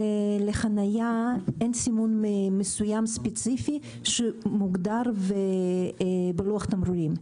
לחניה אין סימון מסוים וספציפי שמוגדר בלוח תמרורים.